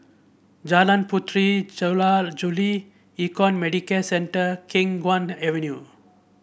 Jalan Puteri Jula Juli Econ Medicare Centre Khiang Guan Avenue